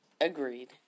Agreed